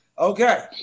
Okay